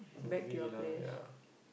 agree lah ya